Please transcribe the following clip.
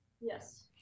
Yes